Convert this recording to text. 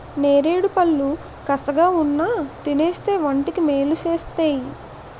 నేరేడుపళ్ళు కసగావున్నా తినేస్తే వంటికి మేలు సేస్తేయ్